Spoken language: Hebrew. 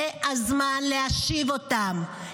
זה הזמן להשיב אותם.